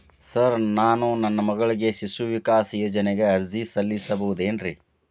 Sir ನಾನು ನನ್ನ ಮಗಳಿಗೆ ಶಿಶು ವಿಕಾಸ್ ಯೋಜನೆಗೆ ಅರ್ಜಿ ಸಲ್ಲಿಸಬಹುದೇನ್ರಿ?